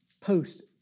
Post